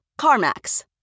CarMax